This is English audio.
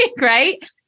Right